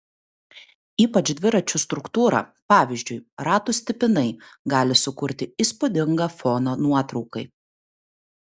ypač dviračių struktūra pavyzdžiui ratų stipinai gali sukurti įspūdingą foną nuotraukai